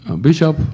Bishop